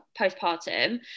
postpartum